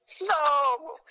No